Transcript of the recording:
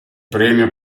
premio